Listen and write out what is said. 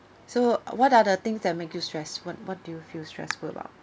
so what are the things that make you stress what what do you feel stressful about